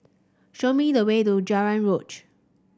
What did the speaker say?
show me the way to